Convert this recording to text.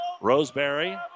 Roseberry